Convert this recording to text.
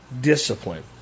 discipline